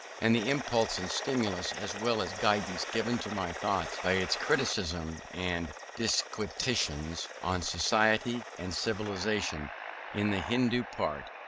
and the impulse and stimulus as well as guidance given to my thoughts by its criticism and disquisitions on society and civilization in the hindoo part,